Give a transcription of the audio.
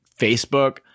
Facebook